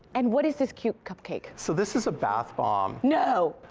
and what is this cute cupcake? so this is a bath bomb. no!